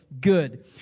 good